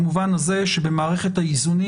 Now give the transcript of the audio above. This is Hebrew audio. במובן הזה שבמערכת האיזונים,